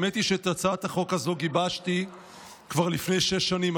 האמת היא שאת הצעת החוק הזאת גיבשתי כבר לפני שש שנים,